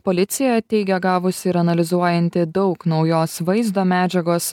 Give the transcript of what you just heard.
policija teigia gavusi ir analizuojanti daug naujos vaizdo medžiagos